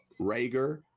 rager